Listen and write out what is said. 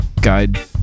guide